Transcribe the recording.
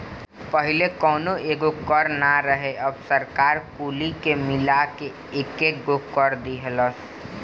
पहिले कौनो एगो कर ना रहे अब सरकार कुली के मिला के एकेगो कर दीहलस